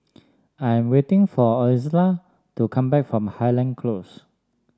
I'm waiting for Izola to come back from Highland Close